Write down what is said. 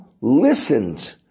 listened